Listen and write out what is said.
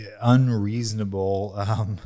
unreasonable